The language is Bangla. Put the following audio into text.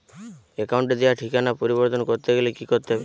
অ্যাকাউন্টে দেওয়া ঠিকানা পরিবর্তন করতে গেলে কি করতে হবে?